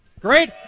Great